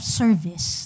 service